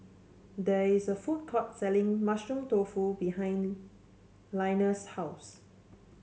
there is a food court selling Mushroom Tofu behind Linus' house